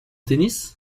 tennis